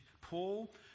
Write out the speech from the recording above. paul